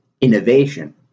innovation